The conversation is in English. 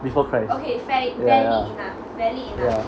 before christ ya ya ya